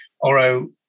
Oro